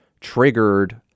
triggered